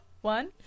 One